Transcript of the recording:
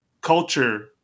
culture